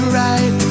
right